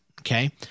Okay